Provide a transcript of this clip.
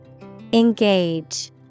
Engage